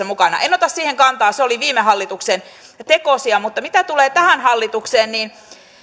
mukana en ota siihen kantaa se oli viime hallituksen tekosia mutta mitä tulee tähän hallitukseen niin